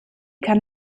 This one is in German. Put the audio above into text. kann